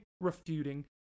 refuting